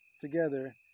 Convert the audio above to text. together